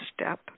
step